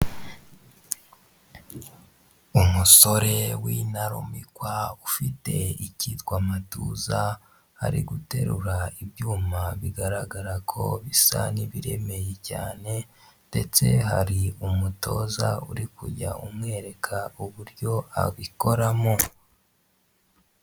Umusore w'intarumikwa ufite ikitwa amatuza ari guterura ibyuma bigaragara ko bisa n'ibiremereye cyane, ndetse hari umutoza uri kujya umwereka uburyo abikoramo.